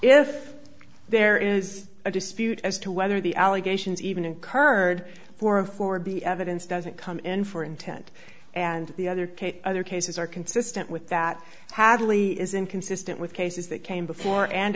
if there is a dispute as to whether the allegations even incurred for a for b evidence doesn't come in for intent and the other kate other cases are consistent with that hadley is inconsistent with cases that came before and